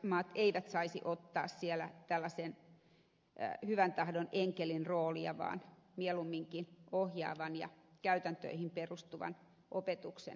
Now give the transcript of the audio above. pohjoismaat eivät saisi ottaa siellä tällaisen hyvän tahdon enkelin roolia vaan mieluumminkin ohjaavan ja käytäntöihin perustuvan opettajan roolin